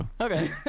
Okay